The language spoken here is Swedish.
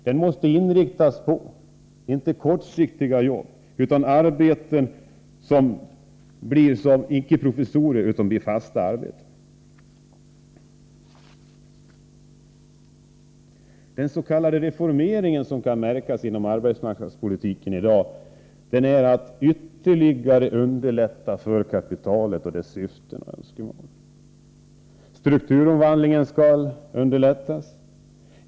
Den måste inriktas, inte på kortsiktiga jobb som blir ett provisorium utan på fasta arbeten. Den s.k. reformering som kan märkas inom arbetsmarknadspolitiken i dag betyder att man ytterligare främjar kapitalets syften och önskemål. Strukturomvandlingen skall underlättas.